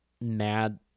mad